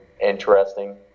interesting